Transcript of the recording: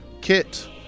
Kit